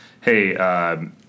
hey